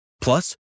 Plus